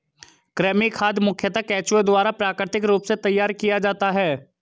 कृमि खाद मुखयतः केंचुआ द्वारा प्राकृतिक रूप से तैयार किया जाता है